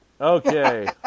Okay